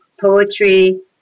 poetry